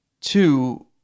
Two